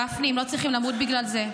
גפני, הם לא צריכים למות בגלל זה.